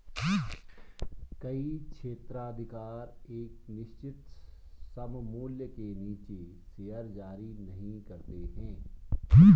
कई क्षेत्राधिकार एक निश्चित सममूल्य से नीचे शेयर जारी नहीं करते हैं